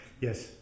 Yes